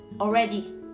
already